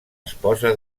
esposa